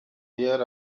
there